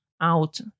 out